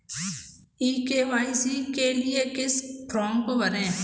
ई KYC के लिए किस फ्रॉम को भरें?